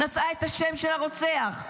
נשאה את השם של הרוצח.